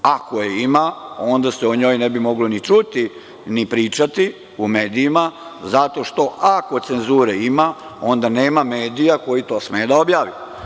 Ako je ima, onda se o njoj ne bi moglo ni čuti ni pričati u medijima zato što ako cenzure ima, onda nema medija koji to sme da objavi.